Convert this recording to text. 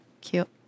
cute